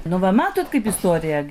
nu va matote kaip istorija